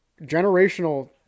generational